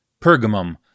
Pergamum